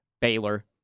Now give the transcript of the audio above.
Baylor